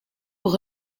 pour